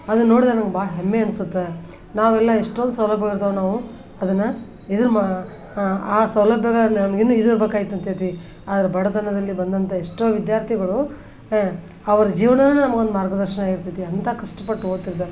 ಅದನ್ನು ನೋಡಿದಾಗ ನಂಗೆ ಭಾಳ ಹೆಮ್ಮೆ ಅನ್ಸತ್ತೆ ನಾವೆಲ್ಲ ಎಷ್ಟೊಂದು ಸೌಲಭ್ಯಗಳಿದಾವೆ ನಾವು ಅದನ್ನು ಇದ್ರ ಮಾ ಆ ಸೌಲ್ಯಭ್ಯಗಳನ್ನ ಇನ್ನು ಯೂಸ್ ಮಾಡ್ಬೇಕಂತೇಳ್ತೀವಿ ಆದ್ರೆ ಬಡತನದಲ್ಲಿ ಬಂದಂಥ ಎಷ್ಟೋ ವಿದ್ಯಾರ್ಥಿಗಳು ಅವ್ರ ಜೀವನಾನ ನಮ್ಗೊಂದು ಮಾರ್ಗದರ್ಶನಾಗಿರ್ತದೆ ಅಂಥ ಕಷ್ಟಪಟ್ಟು ಓದ್ತಿರ್ತಾರೆ